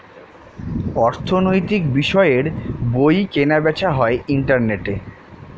অর্থনৈতিক বিষয়ের বই কেনা বেচা হয় ইন্টারনেটে